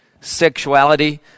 sexuality